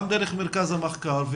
גם דרך מרכז המחקר והמידע,